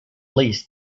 least